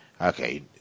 okay